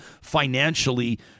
financially